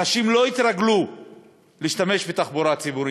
אנשים לא התרגלו להשתמש בתחבורה ציבורית.